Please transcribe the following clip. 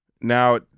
now